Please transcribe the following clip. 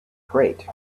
great